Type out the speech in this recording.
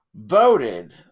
Voted